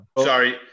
Sorry